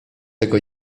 tego